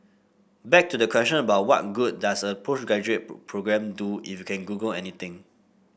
back to the question about what good does a postgraduate programme do if you can Google anything